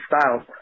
styles